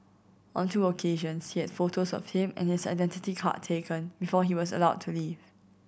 on two occasions she had photos of him and his identity card taken before he was allowed to leave